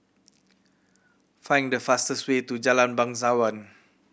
find the fastest way to Jalan Bangsawan